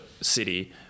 city